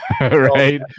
Right